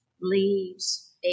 leaves